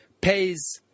pays